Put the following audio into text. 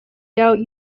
doubt